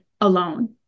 alone